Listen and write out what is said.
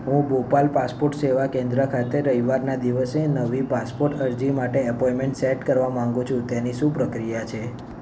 હું ભોપાલ પાસપોટ સેવા કેન્દ્ર ખાતે રવિવારના દિવસે નવી પાસપોટ અરજી માટે એપોઇમેન્ટ સેટ કરવા માગું છું તેની શું પ્રક્રિયા છે